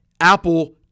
Apple